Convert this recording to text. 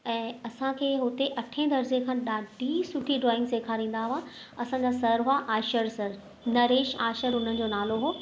ऐं असांखे हुते अठे दर्ज़े खां ॾाढी ई सुठी ड्रॉइंग सेखारींदा हुआ असांजा सर हुआ आशर सर नरेश आशर हुननि जो नालो हुओ